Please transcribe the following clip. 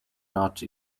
not